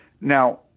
now